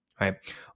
right